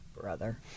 brother